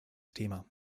thema